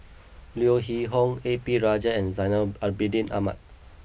Leo Hee Tong A P Rajah and Zainal Abidin Ahmad